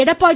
Edappadi